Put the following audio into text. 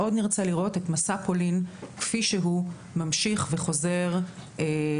מאוד נרצה לראות את מסע פולין כפי שהוא ממשיך וחוזר לפרונט.